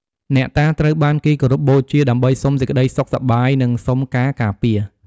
អ្នកតាត្រូវបានគេគោរពបូជាដើម្បីសុំសេចក្តីសុខសប្បាយ និងសុំការការពារ។